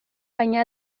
baina